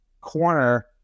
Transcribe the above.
corner